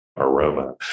Aroma